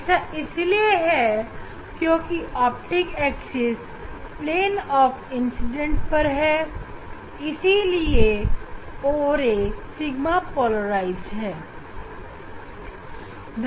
ऐसा इसलिए है क्योंकि optic axis plane of incident पर है इसीलिए o ray sigma polarised light है